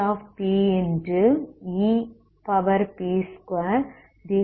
ep20என்று கிடைக்கிறது